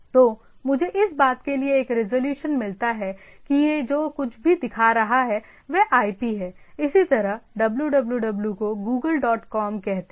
तो मुझे इस बात के लिए एक रेजोल्यूशन मिलता है कि यह जो कुछ भी दिखा रहा है वह IP है इसी तरह www को google डॉट कॉम कहते हैं